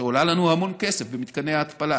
שעולה לנו הרבה כסף, במתקני ההתפלה,